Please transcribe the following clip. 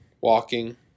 walking